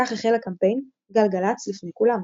כך החל הקמפיין "גלגלצ – לפני כולם".